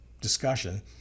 discussion